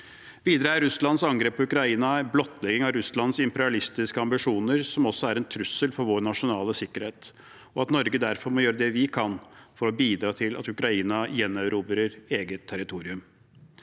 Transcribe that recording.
Videre er Russlands angrep på Ukraina en blottlegging av Russlands imperialistiske ambisjoner, som også er en trussel mot vår nasjonale sikkerhet. Vi i Norge må derfor gjøre det vi kan for å bidra til at Ukraina gjenerobrer eget territorium.